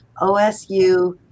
OSU